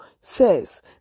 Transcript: says